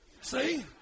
See